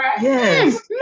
Yes